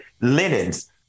linens